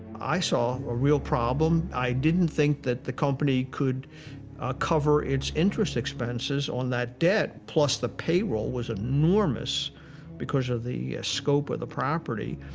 i saw a real problem. i didn't think that the company could cover its interest expenses on that debt. plus the payroll was enormous because of the scope of the property.